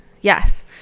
Yes